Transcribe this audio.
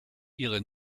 ihre